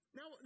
Now